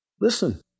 Listen